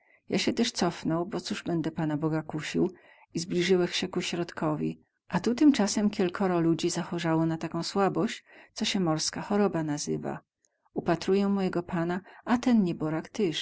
ja sie tyz cofnął bo coz będę pana boga kusił i zblizyłech sie ku środkowi a tu tymcasem kielkoro ludzi zachorzało na taką słaboś co sie morska choroba nazywa upatruję mojego pana a ten nieborak tyz